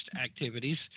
activities